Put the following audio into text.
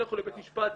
לכו לבית משפט.